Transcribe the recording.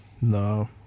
No